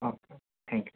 okay thank you